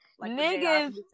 niggas